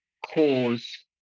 cause